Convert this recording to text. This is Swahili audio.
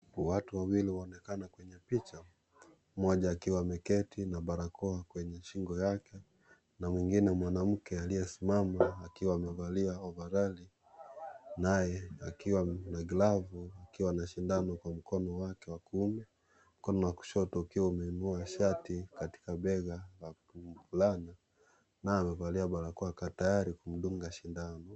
Watu wawili waonekana kwenye picha, mmoja akiwa ameketi na barakoa kwenye shingo yake na mwingine mwanamke aliyesimama akiwa amevalia ovarali naye akiwa na glavu akiwa na sindano kwa mkono wake wa kuume mkono wa kushoto ukiwa umeinuia shati katika bega la mvulana naye amevalia barakoa tayari kumdunga sindano.